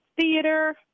theater